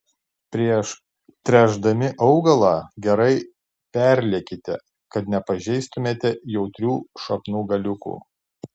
prieš tręšdami augalą gerai perliekite kad nepažeistumėte jautrių šaknų galiukų